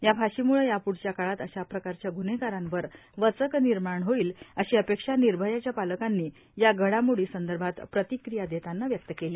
या फाशीमुळे याप्ढच्या काळात अशा प्रकारच्या गुन्हेगारांवर वचक निर्माण होईल अशी अपेक्षा निर्भयाच्या पालकांनी या घडामोडी संदर्भात प्रतिक्रिया देताना व्यक्त केली